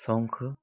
शौक़ु